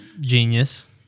genius